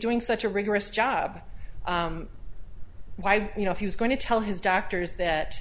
doing such a rigorous job why you know if he was going to tell his doctors that